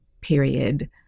period